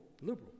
liberal